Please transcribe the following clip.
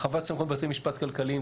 הרחבת סמכויות בתי משפט כלכליים,